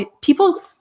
people